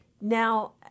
now